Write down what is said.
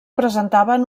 presentaven